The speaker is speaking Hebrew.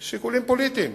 שיקולים פוליטיים.